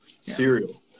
cereal